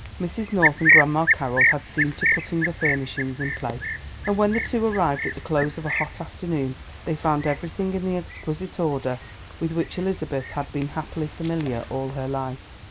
mrs. north and grandma carroll had seen to putting the furnishings in place and when the two arrived at the close of a hot afternoon they found everything in the exquisite order with which elizabeth had been happily familiar all her life.